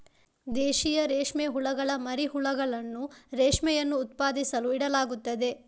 ದೇಶೀಯ ರೇಷ್ಮೆ ಹುಳುಗಳ ಮರಿ ಹುಳುಗಳನ್ನು ರೇಷ್ಮೆಯನ್ನು ಉತ್ಪಾದಿಸಲು ಇಡಲಾಗುತ್ತದೆ